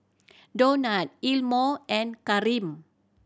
Donat Elmo and Kareem